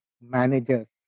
managers